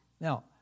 Now